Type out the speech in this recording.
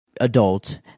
adult